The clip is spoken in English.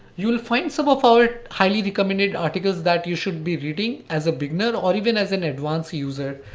you'll find some of our highly recommended articles that you should be reading as a beginner, or even as an advanced user.